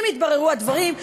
אם יתבררו הדברים.